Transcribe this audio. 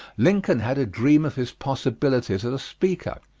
lincoln had a dream of his possibilities as a speaker.